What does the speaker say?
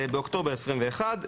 ובאוקטובר 2021,